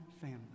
family